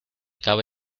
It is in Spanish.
cabe